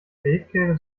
bethke